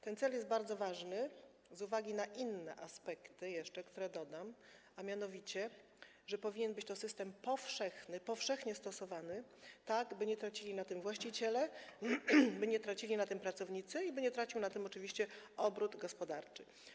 Ten cel jest bardzo ważny z uwagi na jeszcze inne aspekty, które dodam, a mianowicie powinien to być system powszechny, powszechnie stosowany, tak by nie tracili na tym właściciele, by nie tracili na tym pracownicy i by nie tracił na tym oczywiście obrót gospodarczy.